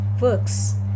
works